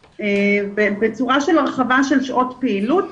ובצורה של הרחבת שעות פעילות.